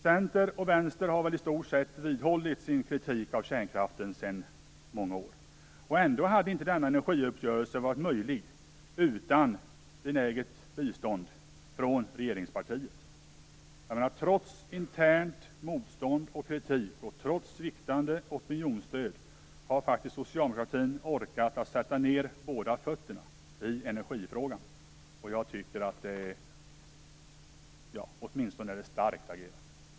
Centern och Vänstern har i stort sett vidhållit sin kritik av kärnkraften sedan många år. Ändå hade denna energiuppgörelse inte varit möjlig utan benäget bistånd från regeringspartiet. Trots internt motstånd och kritik, och trots sviktande opinionsstöd, har socialdemokratin faktiskt orkat sätta ned båda fötterna i energifrågan. Jag tycker att det är starkt agerat.